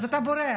אז אתה בורח.